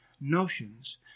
notions